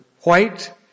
white